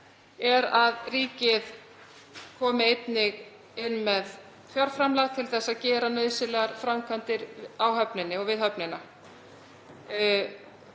er að ríkið komi einnig inn með fjárframlag til að gera nauðsynlegar framkvæmdir á höfninni og við höfnina.